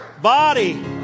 Body